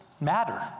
matter